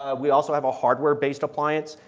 ah we also have a hardware based appliance,